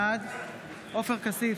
בעד עופר כסיף,